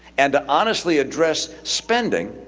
and to honestly address spending,